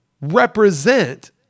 represent